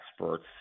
experts